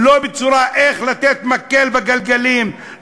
איך לתת מקל בגלגלים,